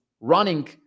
running